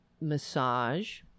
Massage